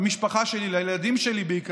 למשפחה שלי, לילדים שלי, בעיקר,